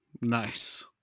Nice